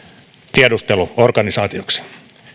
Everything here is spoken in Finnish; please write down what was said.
tiedusteluorganisaatioksi